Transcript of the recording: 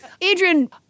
Adrian